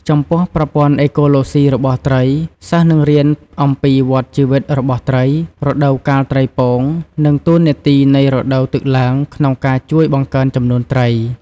ចំពោះប្រព័ន្ធអេកូឡូសុីរបស់ត្រី សិស្សនឹងរៀនអំពីវដ្តជីវិតរបស់ត្រី រដូវកាលត្រីពង និងតួនាទីនៃរដូវទឹកឡើងក្នុងការជួយបង្កើនចំនួនត្រី។